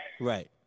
right